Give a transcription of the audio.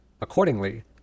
Accordingly